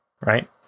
right